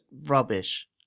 rubbish